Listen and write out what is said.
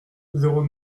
zéro